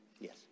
Yes